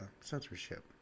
censorship